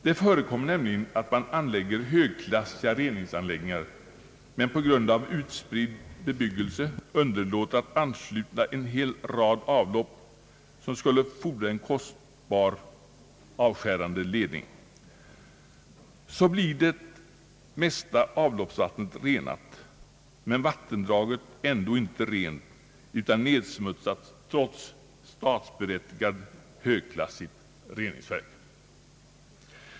Det förekommer nämligen att man anlägger högklassiga reningsanläggningar men på grund av utspridd bebyggelse underlåter att ansluta en rad avlopp som skulle fordra en kostsam avskärande ledning. Så blir det mesta avloppsvattnet renat men vattendraget ändå inte rent utan nedsmutsat trots statsbidragsberättigat, högklassigt reningsverk.